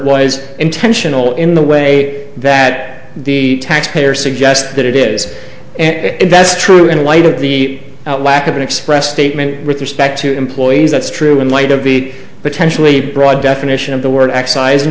was intentional in the way that the taxpayer suggest that it is best true in light of the lack of an express statement with respect to employees that's true in light of the potentially broad definition of the word excis